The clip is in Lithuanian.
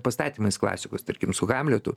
pastatymais klasikos tarkim su hamletu